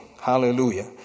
Hallelujah